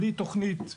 בלי תוכנית מאושרת,